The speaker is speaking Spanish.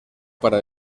para